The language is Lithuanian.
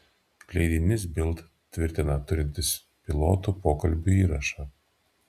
leidinys bild tvirtina turintis pilotų pokalbių įrašą